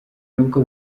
nubwo